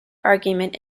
argument